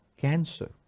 cancer